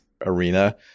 arena